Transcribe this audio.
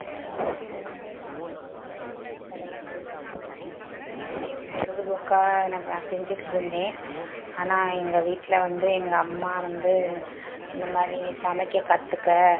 என் வாழ்க்கையில் வந்து நான் சமையல் பழகும்போது ஒரு பொழுதுபோக்கா நான் கா செஞ்சுட்ருந்தேன் ஆனால் எங்கள் வீட்டில் வந்து எங்கள் அம்மா வந்து இந்த மாதிரி நீ சமைக்க கற்றுக்க